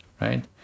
right